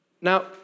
Now